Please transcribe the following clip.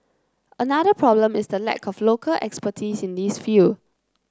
another problem is the lack of local expertise in this field